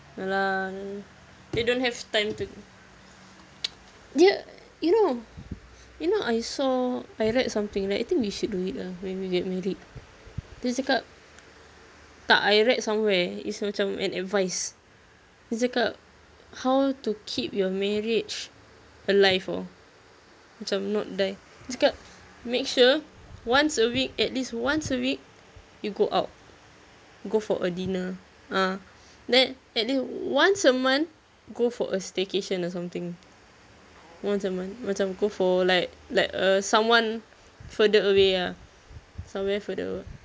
ya they don't have time to dia you know you know I saw I read something like I think we should do it lah when we get married dia cakap tak I read somewhere it's macam an advice dia cakap how to keep your marriage alive or macam not there dia cakap make sure once a week at least once a week you go out go for a dinner a'ah then at least once a month go for a staycation or something once a month macam go for like like a someone further away somewhere further